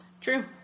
True